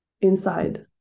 inside